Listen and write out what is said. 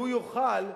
שהוא יוכל,